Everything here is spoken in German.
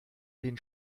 den